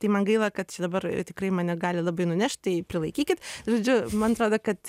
tai man gaila kad čia dabar tikrai mane gali labai nunešt prilaikykit žodžiu man atrodo kad